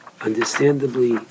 Understandably